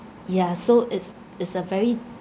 yeah so it's it's a very